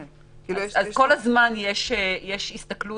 כך שכל הזמן יש הסתכלות